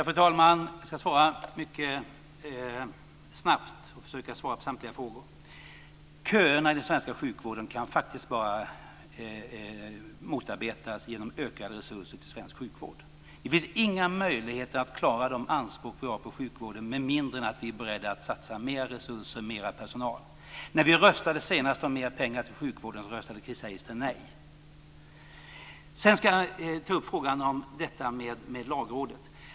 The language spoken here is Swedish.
Fru talman! Jag ska försöka att besvara samtliga frågor. Köerna i den svenska sjukvården kan bara motarbetas genom ökade resurser till svensk sjukvård. Det finns inga möjligheter att klara de anspråk som vi har på sjukvården med mindre än att vi är beredda att satsa mera resurser och mer personal. När vi senast röstade om mer pengar till sjukvården röstade Chris Sedan ska jag ta upp frågan om detta med Lagrådet.